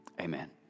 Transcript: amen